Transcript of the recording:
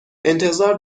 انتظار